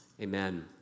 Amen